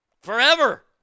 forever